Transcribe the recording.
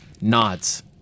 Nods